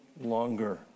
longer